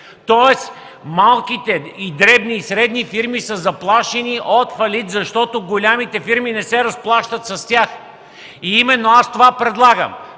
Тоест малките, дребни и средни фирми са заплашени от фалит, защото големите фирми не се разплащат с тях. И именно това предлагам